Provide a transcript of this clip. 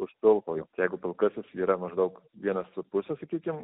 už pilkojo jeigu pilkasis yra maždaug vienas su puse sakykim